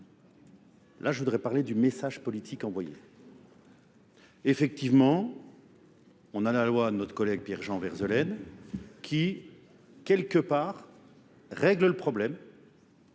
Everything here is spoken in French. Là, je voudrais parler du message politique envoyé. Effectivement, on a la loi de notre collègue Pierre-Jean Verzelaine qui, quelque part, règle le problème